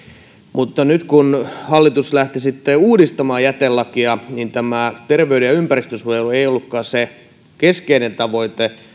mutta nyt kun hallitus lähti uudistamaan jätelakia tämä terveyden ja ympäristönsuojelu ei ollutkaan se keskeinen tavoite